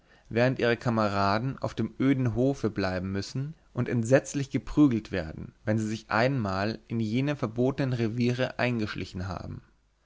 während ihre kameraden auf dem öden hofe bleiben müssen und entsetzlich geprügelt werden wenn sie sich einmal in jene verbotenen reviere eingeschlichen haben